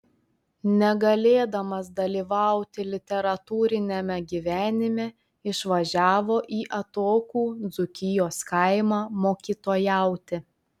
negalėdamas dalyvauti literatūriniame gyvenime išvažiavo į atokų dzūkijos kaimą mokytojauti